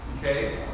Okay